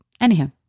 Anyhow